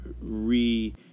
re